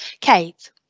Kate